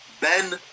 Ben